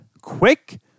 quick